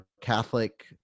catholic